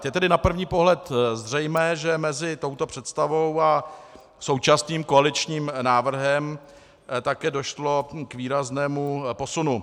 Je tedy na první pohled zřejmé, že mezi touto představou a současným koaličním návrhem také došlo k výraznému posunu.